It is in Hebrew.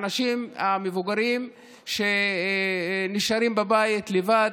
האנשים המבוגרים שנשארים בבית לבד.